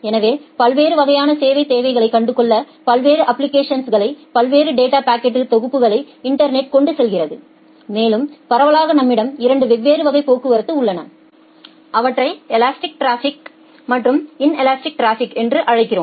எனவே பல்வேறு வகையான சேவைத் தேவைகளைக் கொண்டுள்ள பல்வேறு அப்ப்ளிகேஷன்ஸ்களை பல்வேறு டேட்டா பாக்கெட் தொகுப்புகளை இன்டர்நெட் கொண்டு செல்கிறது மேலும் பரவலாக நம்மிடம் 2 வெவ்வேறு வகை போக்குவரத்து உள்ளன அவற்றை எலாஸ்டிக் டிராபிக் மற்றும் இன்லஸ்ட்டிக் டிராபிக் என்று அழைக்கிறோம்